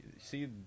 see